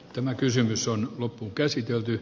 tämä kysymys on loppuun käsitelty